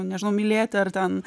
nežinau mylėti ar ten